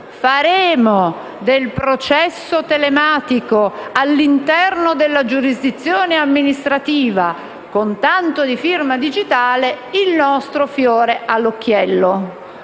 fatto del processo telematico all'interno della giurisdizione amministrativa, con tanto di firma digitale, il nostro fiore all'occhiello.